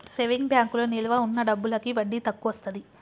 saving బ్యాంకులో నిలవ ఉన్న డబ్బులకి వడ్డీ తక్కువొస్తది